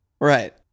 Right